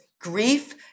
grief